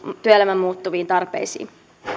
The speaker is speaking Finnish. työelämän muuttuviin tarpeisiin